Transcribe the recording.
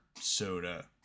soda